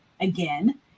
again